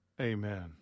Amen